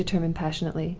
she determined, passionately.